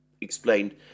explained